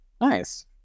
Nice